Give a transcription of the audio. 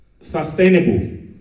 sustainable